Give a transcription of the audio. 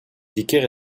tickets